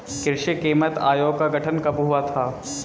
कृषि कीमत आयोग का गठन कब हुआ था?